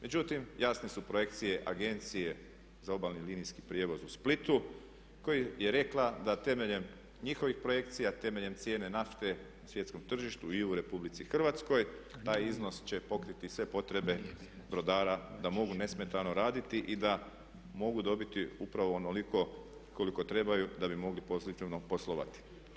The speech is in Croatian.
Međutim, jasne su projekcije agencije za obalni linijski prijevoz u Splitu koji je rekla da temeljem njihovih projekcija, temeljem cijene nafte na svjetskom tržištu i u RH taj iznos će pokriti sve potrebe brodara da mogu nesmetano raditi i da mogu dobiti upravo onoliko koliko trebaju da bi mogli pozitivno poslovati.